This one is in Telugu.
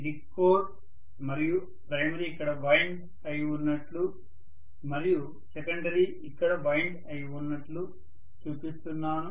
ఇది కోర్ మరియు ప్రైమరీ ఇక్కడ వైండ్ అయి ఉన్నట్లు మరియు సెకండరీ ఇక్కడ వైండ్ అయి ఉన్నట్లు చూపిస్తున్నాను